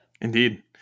Indeed